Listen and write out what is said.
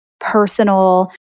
personal